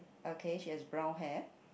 okay she has brown hair